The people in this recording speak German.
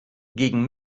gegen